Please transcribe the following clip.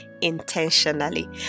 intentionally